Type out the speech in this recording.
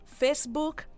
Facebook